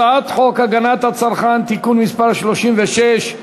הצעת חוק הגנת הצרכן (תיקון מס' 36),